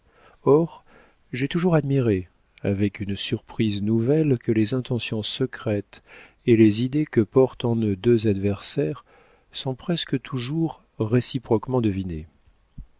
or j'ai toujours admiré avec une surprise nouvelle que les intentions secrètes et les idées que portent en eux deux adversaires sont presque toujours réciproquement devinées